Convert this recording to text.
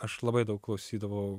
aš labai daug klausydavau